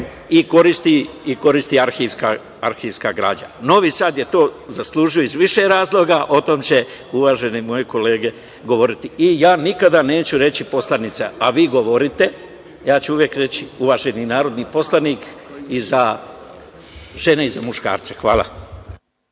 i koristi arhivska građa. Novi Sad je to zaslužio iz više razloga, o tome će uvažene moje kolege govoriti. Ja nikada neću reći poslanica, a vi govorite. Ja ću uvek reći, uvaženi narodni poslanik i za žene i za muškarce. Hvala